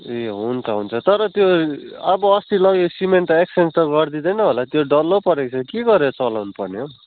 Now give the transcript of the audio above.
ए हुन्छ हुन्छ तर त्यो अब अस्ति लगेको सिमेन्ट त एक्सेन्ज त गरिदिँदैन होला त्यो डल्लो परेको छ के गरेर चलाउनु पर्ने हो